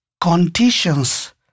conditions